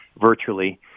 virtually